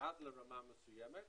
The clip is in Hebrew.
עד לרמה מסוימת